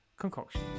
concoction